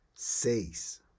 Seis